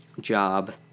job